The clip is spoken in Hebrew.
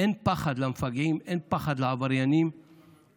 אין פחד למפגעים, אין